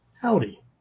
Howdy